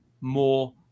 more